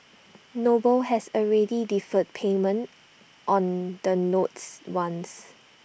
noble has already deferred payment on the notes once